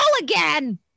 again